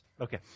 Okay